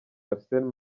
arsene